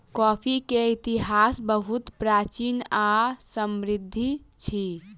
coffee के इतिहास बहुत प्राचीन आ समृद्धि अछि